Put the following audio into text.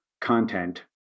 content